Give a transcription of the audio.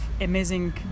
amazing